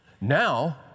Now